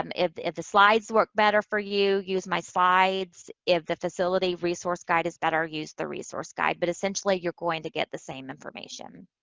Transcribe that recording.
um if the if the slides work better for you, use my slides. if the facility resource guide is better, use the resource guide. but essentially, you're going to get the same information.